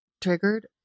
triggered